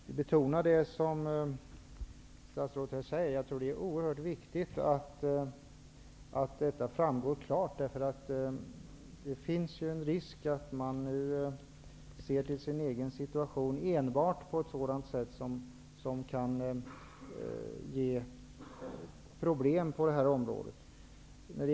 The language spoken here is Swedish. Herr talman! Jag vill betona det som statsrådet säger, att det är oerhört viktigt att det framgår klart för det finns en risk att man nu enbart ser på sin egen situation så att det ger problem på det här området.